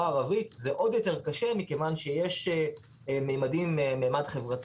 הערבית זה עוד יותר קשה מכיוון שיש מימד חברתי,